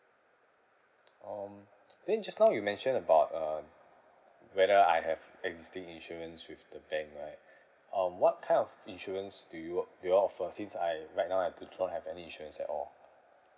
um then just now you mentioned about uh whether I have existing insurance with the bank right um what kind of insurance do you uh do you all offer since I right now I do not have any insurance at all